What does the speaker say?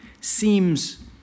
seems